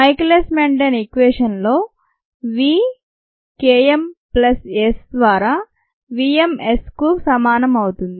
Michaelis Menten ఈక్వేషన్లో V K m plus s ద్వారా v m sకు సమానం అవుతుంది